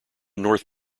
north